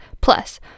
Plus